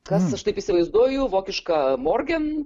kas aš taip įsivaizduoju vokišką morgen